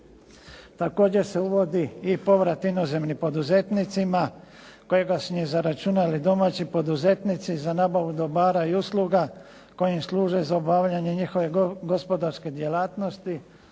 Također se uvodi i povrat inozemnim poduzetnicima kojega su im zaračunali domaći poduzetnici za nabavu dobara i usluga koji im služe za obavljanje njihove gospodarske djelatnosti,